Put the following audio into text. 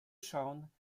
schauen